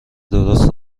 درست